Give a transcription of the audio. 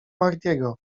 mahdiego